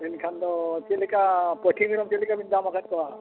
ᱢᱮᱱᱠᱷᱟᱱ ᱫᱚ ᱪᱮᱫ ᱞᱮᱠᱟ ᱯᱟᱹᱴᱷᱤ ᱢᱮᱨᱚᱢ ᱪᱮᱫ ᱞᱮᱠᱟ ᱵᱤᱱ ᱫᱟᱢ ᱟᱠᱟᱫ ᱠᱚᱣᱟ